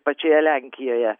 pačioje lenkijoje